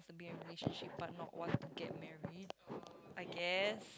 to be in a relationship but not want to get married I guess